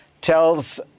tells